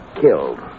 killed